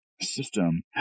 system